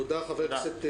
תודה חבר הכנסת רזבוזוב.